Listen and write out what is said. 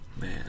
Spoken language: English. Man